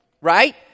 right